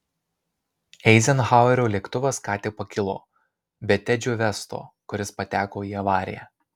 eizenhauerio lėktuvas ką tik pakilo be tedžio vesto kuris pateko į avariją